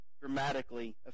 dramatically